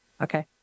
Okay